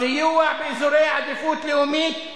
סיוע באזורי עדיפות לאומית,